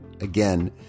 Again